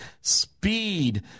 speed